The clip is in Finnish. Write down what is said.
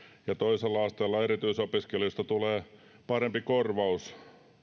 ja toisella asteella erityisopiskelijoista tulee parempi korvaus